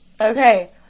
okay